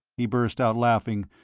he burst out laughing,